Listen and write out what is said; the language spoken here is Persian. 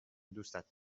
دوستت